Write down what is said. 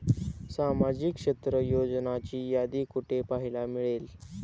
सामाजिक क्षेत्र योजनांची यादी कुठे पाहायला मिळेल?